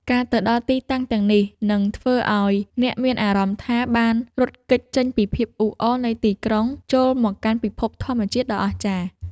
ការទៅដល់ទីតាំងទាំងនេះនឹងធ្វើឱ្យអ្នកមានអារម្មណ៍ថាបានរត់គេចចេញពីភាពអ៊ូអរនៃទីក្រុង ចូលមកកាន់ពិភពធម្មជាតិដ៏អស្ចារ្យ។